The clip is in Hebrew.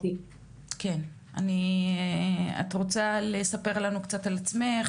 את רוצה להציג את עצמך,